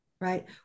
Right